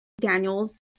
Daniel's